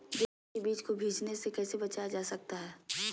गेंहू के बीज को बिझने से कैसे बचाया जा सकता है?